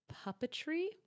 puppetry